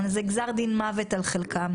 זה גזר דין מוות על חלקם.